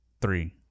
Three